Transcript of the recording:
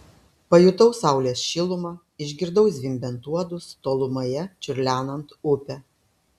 pajutau saulės šilumą išgirdau zvimbiant uodus tolumoje čiurlenant upę